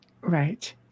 Right